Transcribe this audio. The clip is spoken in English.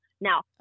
Now